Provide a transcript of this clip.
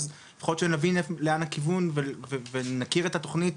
אז לפחות שנבין לאן הכיוון ונכיר את התוכנית,